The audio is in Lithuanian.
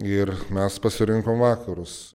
ir mes pasirinkom vakarus